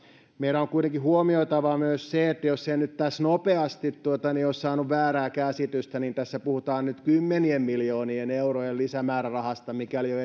meidän on kuitenkin huomioitava myös se että jos en nyt tässä nopeasti laskettuna ole saanut väärää käsitystä tässä puhutaan nyt kymmenien miljoonien eurojen lisämäärärahasta mikäli jo